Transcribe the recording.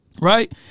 Right